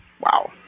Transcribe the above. Wow